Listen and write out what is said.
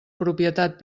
propietat